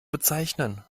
bezeichnen